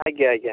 ଆଜ୍ଞା ଆଜ୍ଞା